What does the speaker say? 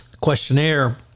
questionnaire